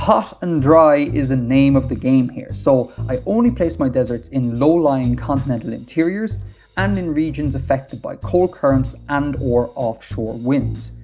hot and dry is the name of the game here so i only place my deserts in low-lying continental interiors and in regions affected by cold currents and or offshore winds,